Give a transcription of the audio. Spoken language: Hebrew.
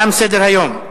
תם סדר-היום.